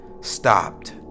stopped